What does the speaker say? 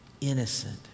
Innocent